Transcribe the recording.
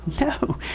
No